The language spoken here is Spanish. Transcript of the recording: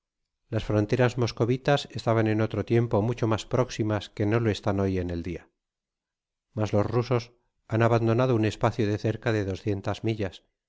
las fronteras moscovitas estaban en otro tiempo mucho mas próximas que no lo estan hoy en el dia mas los rusos han abandonado un espacio de cerca de doscientas millas